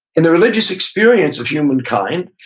in the religious experience of humankind,